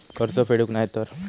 कर्ज फेडूक नाय तर?